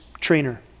trainer